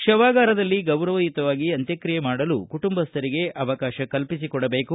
ಶವಗಾರದಲ್ಲಿ ಗೌರವಯುತವಾಗಿ ಅಂತ್ಯಕ್ಷಿಯೆ ಮಾಡಲು ಕುಟುಂಬಸ್ವರಿಗೆ ಅವಕಾಶ ಕಲ್ಪಿಸಿಕೊಡಬೇಕು